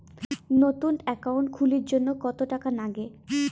নতুন একাউন্ট খুলির জন্যে কত টাকা নাগে?